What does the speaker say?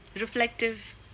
reflective